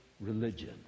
religion